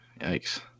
Yikes